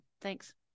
thanks